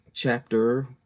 Chapter